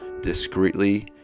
discreetly